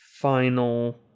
final